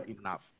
enough